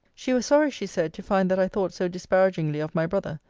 she was sorry, she said, to find that i thought so disparagingly of my brother.